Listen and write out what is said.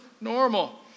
normal